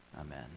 Amen